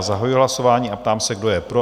Zahajuji hlasování a ptám se, kdo je pro?